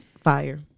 fire